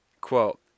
quote